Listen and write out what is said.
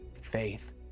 faith